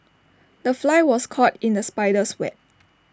the fly was caught in the spider's web